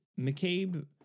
McCabe